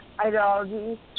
ideology